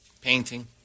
Painting